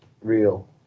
real